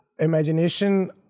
imagination